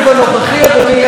בעוד ארבע שנים.